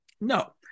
no